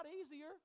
easier